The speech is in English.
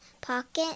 pocket